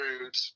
rude